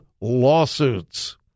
lawsuits